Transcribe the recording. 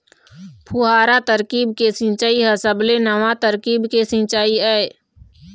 फुहारा तरकीब के सिंचई ह सबले नवा तरकीब के सिंचई आय